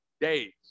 days